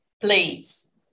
please